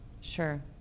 Sure